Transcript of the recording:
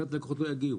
אחרת לקוחות לא יגיעו.